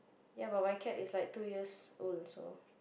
ya but my cat is like two years old so